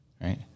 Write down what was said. right